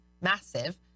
massive